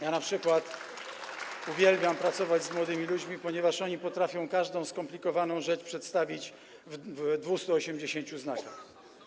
Ja np. uwielbiam pracować z młodymi ludźmi, ponieważ oni potrafią każdą skomplikowaną rzecz przedstawić w 280 znakach.